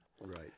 right